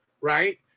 Right